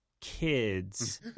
kids